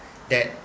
that